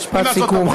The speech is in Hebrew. משפט סיכום,